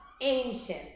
Ancient